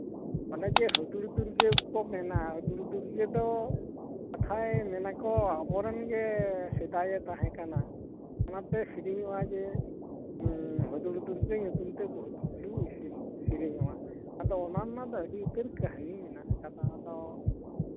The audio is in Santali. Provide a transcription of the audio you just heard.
ᱚᱱᱮ ᱡᱮ ᱦᱩᱫᱩᱲ ᱫᱩᱨᱜᱟᱹ ᱠᱚ ᱢᱮᱱᱟ ᱦᱩᱫᱩᱲ ᱫᱩᱨᱜᱟᱹ ᱫᱚ ᱠᱟᱛᱷᱟᱭ ᱢᱮᱱᱟᱠᱚ ᱟᱵᱚᱨᱮᱱ ᱜᱮ ᱥᱮᱫᱟᱭᱮ ᱛᱟᱦᱮᱸ ᱠᱟᱱᱟ ᱚᱱᱟᱛᱮ ᱥᱤᱨᱤᱧᱚᱜᱼᱟ ᱡᱮ ᱦᱩᱡᱫᱩᱲ ᱫᱩᱨᱜᱟᱹ ᱧᱩᱛᱩᱢᱛᱮ ᱵᱚᱦᱩᱛ ᱠᱤᱪᱷᱩ ᱥᱤᱨᱤᱧ ᱥᱤᱨᱤᱧᱚᱜᱼᱟ ᱟᱫᱚ ᱚᱱᱟ ᱨᱮᱱᱟᱜ ᱫᱚ ᱟᱹᱰᱤ ᱩᱛᱟᱹᱨ ᱠᱟᱹᱦᱱᱤ ᱢᱮᱱᱟᱜ ᱟᱠᱟᱫᱟ ᱟᱫᱚ